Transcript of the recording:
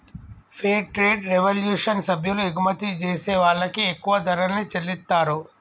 fair trade revolution సభ్యులు ఎగుమతి జేసే వాళ్ళకి ఎక్కువ ధరల్ని చెల్లిత్తారు